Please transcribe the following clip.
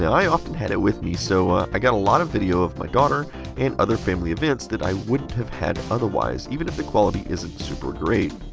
i often had it with me and so ah i got a lot of video of my daughter and other family events that i wouldn't have had otherwise, even if the quality isn't super great.